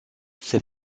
ses